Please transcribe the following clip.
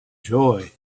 joy